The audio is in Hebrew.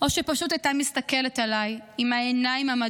או שפשוט הייתה מסתכלת עליי עם העיניים